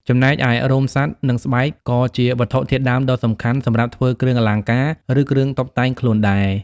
ចំណែកឯរោមសត្វ និងស្បែកក៏ជាវត្ថុធាតុដើមដ៏សំខាន់សម្រាប់ធ្វើគ្រឿងអលង្ការ ឬគ្រឿងតុបតែងខ្លួនដែរ។